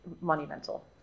monumental